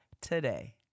today